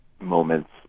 moments